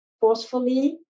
forcefully